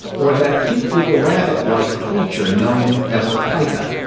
or that cute little rabbit-like creature known as a pika.